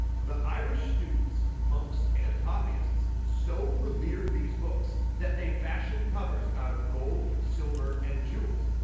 the irish students, monks and copyists so revered these books that they fashioned covers out of gold, silver and jewels,